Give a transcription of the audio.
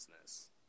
business